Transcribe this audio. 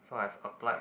so I've applied